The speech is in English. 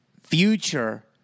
future